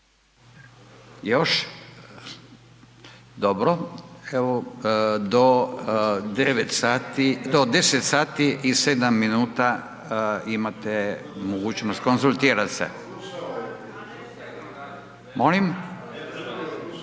Još? Dobro. Evo do 10,07 sati imate mogućnost konzultirat se. …